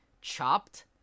Chopped